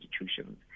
institutions